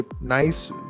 nice